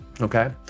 okay